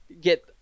get